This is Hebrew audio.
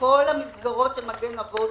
כל המסגרות של מגן אבות,